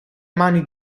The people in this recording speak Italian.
mani